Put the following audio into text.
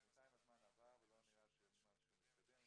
בינתיים הזמן עבר ולא נראה שמשהו מתקדם.